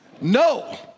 No